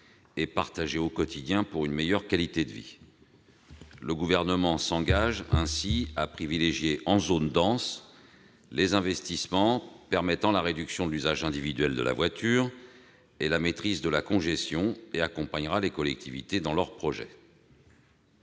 et partagées au quotidien pour une meilleure qualité de vie. Le Gouvernement s'engage ainsi à privilégier, en zone dense, les investissements permettant la réduction de l'usage individuel de la voiture et la maîtrise de la congestion et accompagnera les collectivités dans leurs projets.